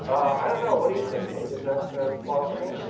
i don't know. what do you think, nate? is that plausible?